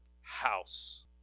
house